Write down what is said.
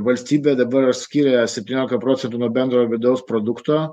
valstybė dabar skyrė septyniolika procentų nuo bendrojo vidaus produkto